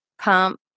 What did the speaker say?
pump